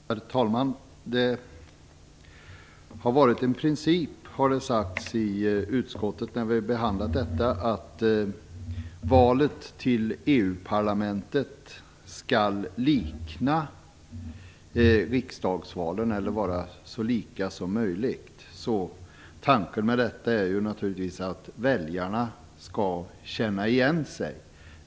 Herr talman! Det har varit en princip - har det sagts i utskottet när vi har behandlat detta - att valet till EU-parlamentet skall likna riksdagsvalen eller vara så likt dem som möjligt. Tanken med detta är naturligtvis att väljarna skall känna igen sig.